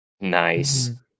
Nice